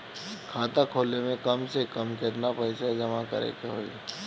खाता खोले में कम से कम केतना पइसा जमा करे के होई?